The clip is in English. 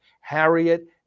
Harriet